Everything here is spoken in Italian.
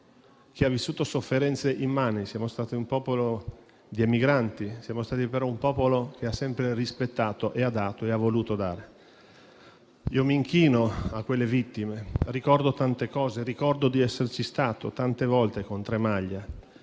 che ha vissuto sofferenze immani: siamo stati un popolo di emigrati, ma che ha sempre rispettato, ha dato e ha voluto dare. Mi inchino a quelle vittime e ricordo tante cose: ricordo di esserci stato tante volte con Tremaglia,